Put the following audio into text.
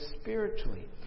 spiritually